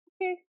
okay